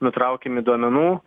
nutraukiami duomenų